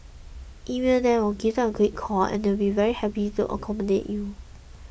email them or give them a quick call and they will be very happy to accommodate you